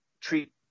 treat